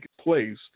place